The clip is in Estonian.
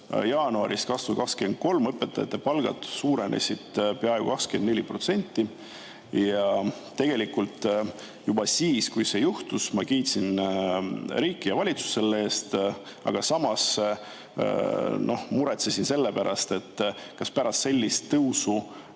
jaanuarist 2023 õpetajate palgad suurenesid peaaegu 24%. Ja tegelikult juba siis, kui see juhtus, ma kiitsin riiki ja valitsust selle eest, aga samas muretsesin selle pärast, kas pärast sellist tõusu